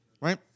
right